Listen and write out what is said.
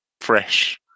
fresh